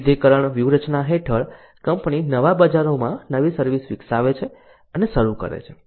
વૈવિધ્યકરણ વ્યૂહરચના હેઠળ કંપની નવા બજારોમાં નવી સર્વિસ વિકસાવે છે અને શરૂ કરે છે